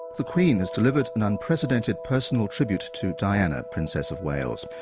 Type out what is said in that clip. the queen has delivered an unprecedented personal tribute to to diana, princess of wales.